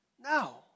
No